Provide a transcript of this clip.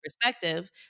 perspective